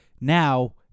now